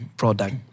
product